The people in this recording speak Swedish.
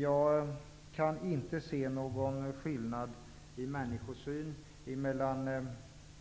Jag kan inte se att det råder någon skillnad i den människosyn